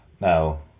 Now